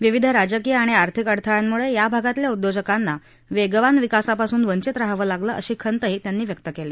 विविध राजकीय आणि आर्थिक अडथळ्यांमुळे या भागातल्या उद्योजकांना वेगवान विकासापासून वंचित राहावं लागलं अशी खंतही त्यांनी व्यक्त केली